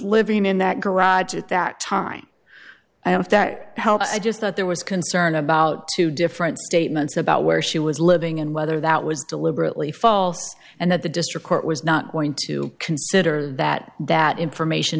living in that garage at that time and if that helps i just thought there was concern about two different statements about where she was living and whether that was deliberately false and that the district court was not going to consider that that information